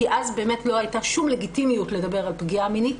כי אז באמת לא הייתה שום לגיטימיות לדבר על פגיעה מינית.